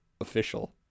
official